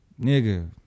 Nigga